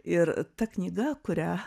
ir ta knyga kurią